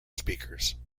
speakers